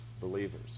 believers